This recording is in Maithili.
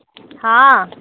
हॅं